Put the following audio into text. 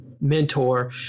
mentor